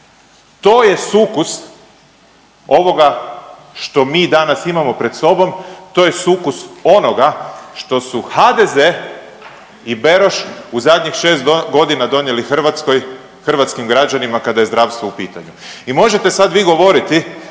To je sukus ovoga što mi danas imamo pred sobom, to je sukus onoga što su HDZ i Beroš u zadnjih 6 godina donijeli Hrvatskoj, hrvatskim građanima kada je zdravstvo u pitanju i možete sad vi govoriti